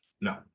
No